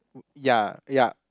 ya ya